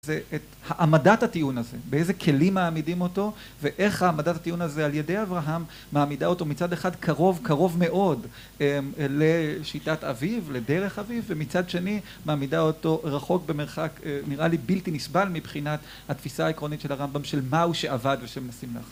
זה עמדת הטיעון הזה באיזה כלים מעמידים אותו ואיך העמדת הטיעון הזה על ידי אברהם מעמידה אותו מצד אחד קרוב קרוב מאוד לשיטת אביו לדרך אביו ומצד שני מעמידה אותו רחוק במרחק נראה לי בלתי נסבל מבחינת התפיסה העקרונית של הרמב״ם של מהו שעבד ושהם מנסים לעשות